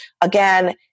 Again